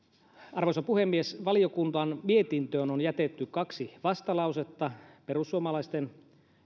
arvoisa puhemies valiokunnan mietintöön on jätetty kaksi vastalausetta perussuomalaisten